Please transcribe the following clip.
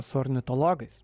su ornitologais